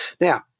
Now